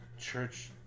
Church